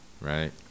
right